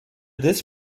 this